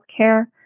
healthcare